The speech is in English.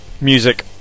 music